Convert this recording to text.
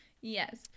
yes